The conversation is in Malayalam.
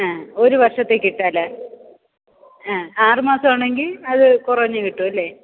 ഒരു വർഷത്തേക്ക് ഇട്ടാൽ ആ ആറുമാസം ആണെങ്കിൽ അതു കുറഞ്ഞ് കിട്ടും അല്ലേ